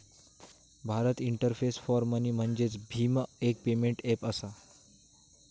Bharat interface for money म्हणजेच भीम, एक पेमेंट ऐप असा